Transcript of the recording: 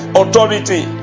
authority